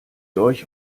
euch